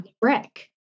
brick